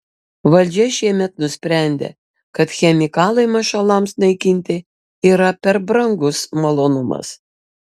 valdžia šiemet nusprendė kad chemikalai mašalams naikinti yra per brangus malonumas